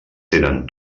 tenen